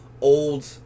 old